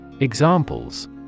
Examples